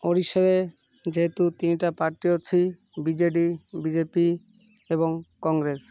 ଓଡ଼ିଶାରେ ଯେହେତୁ ତିନିଟା ପାର୍ଟି ଅଛି B J D B J P ଏବଂ କଂଗ୍ରେସ୍